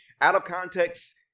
out-of-context